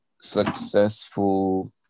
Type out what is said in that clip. successful